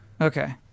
Okay